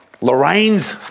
Lorraines